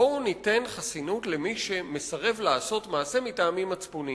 בואו ניתן חסינות למי שמסרב לעשות מעשה מטעמים מצפוניים,